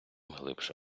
глибше